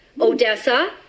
Odessa